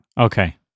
Okay